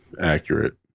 accurate